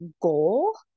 goal